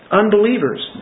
unbelievers